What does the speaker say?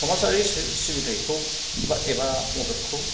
समाजारि सिबि सिबिथायखौ बा एबा मददखौ